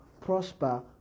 prosper